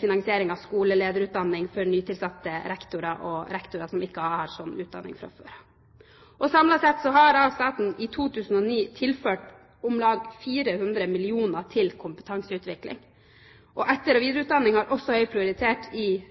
finansiering av skolelederutdanning for nytilsatte rektorer og rektorer som ikke har sånn utdanning fra før av. Samlet sett har staten i 2009 tilført om lag 400 mill. kr til kompetanseutvikling, og etter- og videreutdanning har også høy prioritet i